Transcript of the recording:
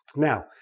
now,